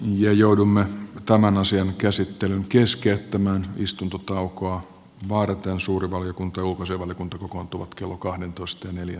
ja joudumme ottamaan asian käsittelyn keskeyttämään istuntotaukoa varten suuri valiokunta johon se oli pantu kokoontuvat kello kahdentoista neliön